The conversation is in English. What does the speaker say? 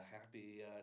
happy